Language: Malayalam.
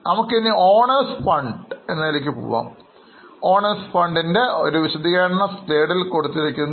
നമുക്കിനി Owners fund എന്ന വിഭാഗത്തിലേക്ക് പോകാം